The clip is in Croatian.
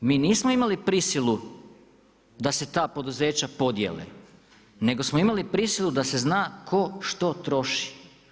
Mi nismo imali prisilu da se ta poduzeća podjele, nego smo imali prisilu da se zna tko što troši.